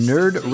Nerd